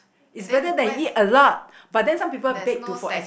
is better than eat a lot but then some people bake to for as